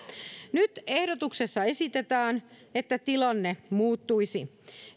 nyt ehdotuksessa esitetään että tilanne muuttuisi